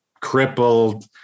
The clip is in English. crippled